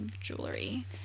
jewelry